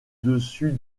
dessus